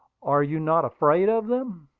are you not afraid of them?